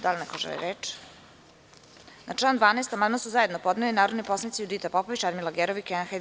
Da li ne ko želi reč? (Ne.) Na član 12. amandman su zajedno podneli narodni poslanici Judita Popović, Radmila Gerov i Kenan Hajdarević.